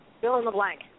fill-in-the-blank